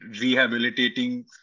rehabilitating